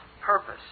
purpose